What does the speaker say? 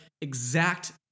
exact